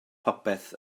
popeth